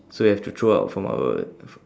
so we have to throw out from our